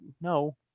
no